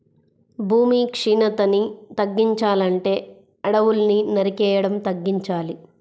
భూమి క్షీణతని తగ్గించాలంటే అడువుల్ని నరికేయడం తగ్గించాలి